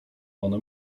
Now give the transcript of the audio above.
ona